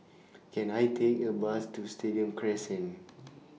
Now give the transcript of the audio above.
Can I Take A Bus to Stadium Crescent